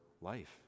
life